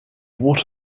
what